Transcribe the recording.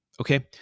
Okay